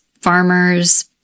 farmers